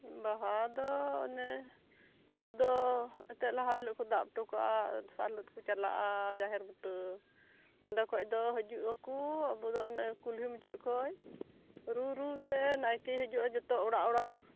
ᱵᱟᱦᱟ ᱫᱚ ᱚᱱᱮ ᱟᱵᱚ ᱫᱚ ᱮᱱᱛᱮᱫ ᱞᱟᱦᱟ ᱦᱤᱞᱟᱹᱜ ᱠᱚ ᱫᱟᱵ ᱦᱚᱴᱚ ᱠᱟᱜᱼᱟ ᱫᱚᱥᱟᱨ ᱦᱤᱞᱟᱹᱜ ᱫᱚᱠᱚ ᱪᱟᱞᱟᱜᱼᱟ ᱡᱟᱦᱮᱨ ᱵᱩᱴᱟᱹ ᱚᱸᱰᱮ ᱠᱷᱚᱱ ᱫᱚ ᱦᱤᱡᱩᱜ ᱟᱠᱚ ᱟᱵᱚ ᱫᱚ ᱚᱱᱮ ᱠᱩᱞᱦᱤ ᱢᱩᱪᱟᱹᱫ ᱠᱷᱚᱱ ᱨᱩᱻᱨᱩ ᱛᱮ ᱱᱟᱭᱠᱮᱭ ᱦᱤᱡᱩᱜᱼᱟ ᱡᱚᱛᱚ ᱚᱲᱟᱜ ᱚᱲᱟᱜ